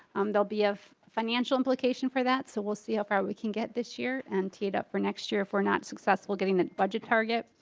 um they'll be of financial implication for that so we'll see how far we can get this year and teed up for next year for not successful getting the budget targets.